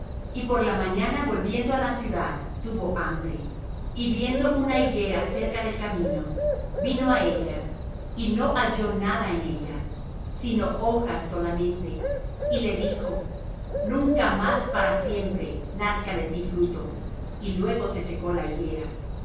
y por la mañana volviendo á la ciudad tuvo hambre y viendo una higuera cerca del camino vino á ella y no halló nada en ella sino hojas solamente y le dijo nunca más para siempre nazca de ti fruto y luego se secó la higuera